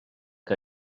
que